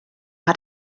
hat